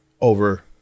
over